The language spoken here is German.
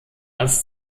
als